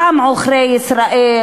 פעם "עוכרי ישראל",